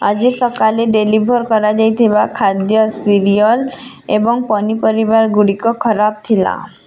ଆଜି ସକାଲେ ଡେଲିଭର୍ କରାଯାଇଥିବା ଖାଦ୍ୟ ସିରିଏଲ୍ ଏବଂ ପନିପରିବା ଗୁଡ଼ିକ ଖରାପ ଥିଲା